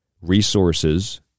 resources